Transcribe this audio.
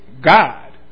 God